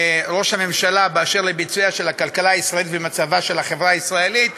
ראש הממשלה אשר לביצועיה של הכלכלה הישראלית ומצבה של החברה הישראלית,